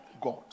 God